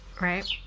right